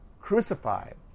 crucified